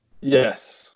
Yes